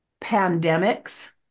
pandemics